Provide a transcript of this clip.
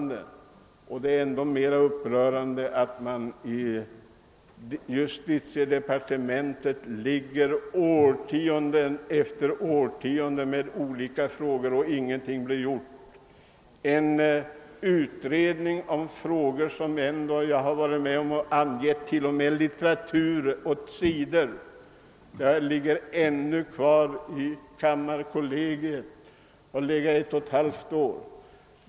Det är ännu mera upprörande att justitiedepartementet årtionde efter årtionde ligger på frågor utan att någonting blir gjort. En utredning av frågor, till vilka jag har anvisat litteratur och t.o.m. gjort hänvisningar till sidor, ligger ännu efter ett och ett halvt år obehandlad kvar i kammarkollegiet.